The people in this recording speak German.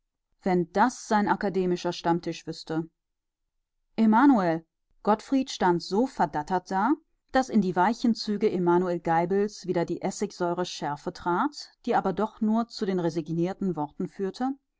wenn das sein akademischer stammtisch wüßte emanuel gottfried stand so verdattert da daß in die weichen züge emanuel geibels wieder die essigsaure schärfe trat die aber doch nur zu den resignierten worten führte